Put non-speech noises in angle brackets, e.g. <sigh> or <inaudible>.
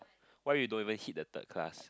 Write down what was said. <breath> what if you don't even hit the third class